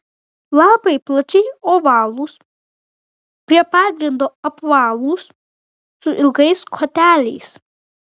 lapai plačiai ovalūs prie pagrindo apvalūs su ilgais koteliais